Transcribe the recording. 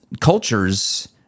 cultures